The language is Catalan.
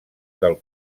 del